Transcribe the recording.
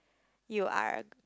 you are a